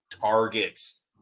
targets